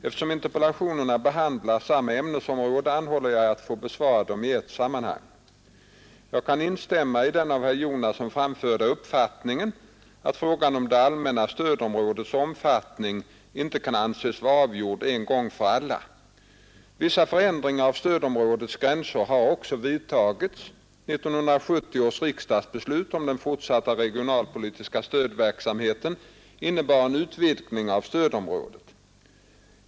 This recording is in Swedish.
Eftersom interpellationerna behandlar samma ämnesområde anhåller jag att få besvara dem i ett sammanhang. Jag kan instämma i den av herr Jonasson framförda uppfattningen att frågan om det allmänna stödområdets omfattning inte kan anses vara avgjord en gång för alla. Vissa förändringar av stödområdets gränser har också vidtagits. 1970 års riksdagsbeslut om den fortsatta regionalpolitiska stödverksamheten innebar en utvidgning av stödområdet.